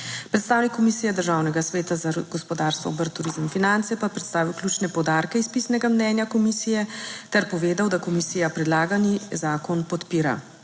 Predstavnik Komisije Državnega sveta za gospodarstvo, obrt, turizem in finance pa je predstavil ključne poudarke iz pisnega mnenja komisije ter povedal, da komisija predlagani zakon podpira.